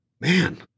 man